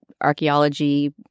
archaeology